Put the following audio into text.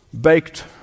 baked